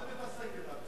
למה אתה מתעסק אתם?